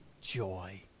joy